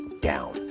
down